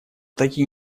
такие